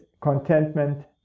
contentment